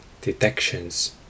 detections